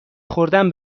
خوردن